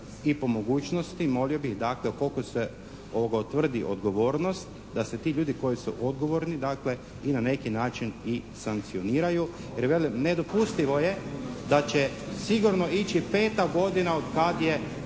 I po mogućnosti molio bih dakle, ukoliko se utvrdi odgovornost da se ti ljudi koji su odgovorni dakle i na neki način sankcioniraju. Jer velim, nedopustivo je da će sigurno ići 5. godina od kad je